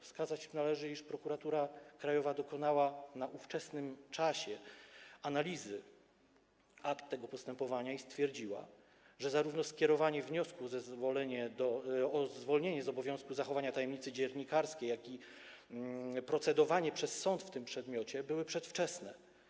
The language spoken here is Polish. Wskazać należy, iż Prokuratura Krajowa dokonała na ówczesnym etapie analizy akt tego postępowania i stwierdziła, że zarówno skierowanie wniosku o zwolnienie z obowiązku zachowania tajemnicy dziennikarskiej, jak i procedowanie przez sąd w tym przedmiocie były przedwczesne.